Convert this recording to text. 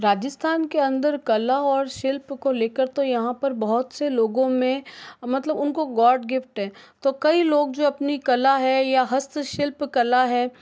राजस्थान के अंदर कला और शिल्प को लेकर तो यहाँ पर बहुत से लोगों में मतलब उनका गॉड गिफ़्ट है तो कई लोग जो अपनी कला है या हस्तशिल्प कला है